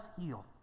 heal